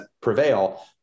prevail